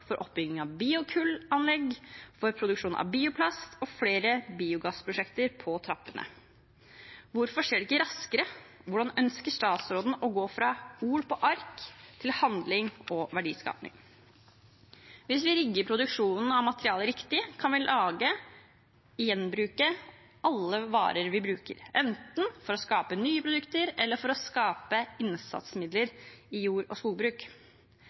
for oppbygging av biokullanlegg og for produksjon av bioplast. Flere biogassprosjekter er på trappene. Hvorfor skjer det ikke raskere? Hvordan ønsker statsråden å gå fra ord på ark til handling og verdiskaping? Hvis vi rigger produksjonen av materialer riktig, kan vi gjenbruke alle varer vi bruker, enten for å skape nye produkter eller for å skape innsatsmidler i jord- og skogbruk.